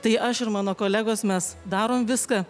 tai aš ir mano kolegos mes darom viską